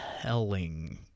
telling